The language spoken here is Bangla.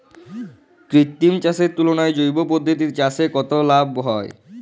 কৃত্রিম চাষের তুলনায় জৈব পদ্ধতিতে চাষে কত লাভ হয়?